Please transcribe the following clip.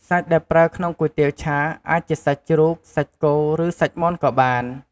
សាច់ដែលប្រើក្នុងគុយទាវឆា អាចជាសាច់ជ្រូក សាច់គោ ឬសាច់មាន់ក៏បាន។